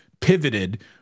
pivoted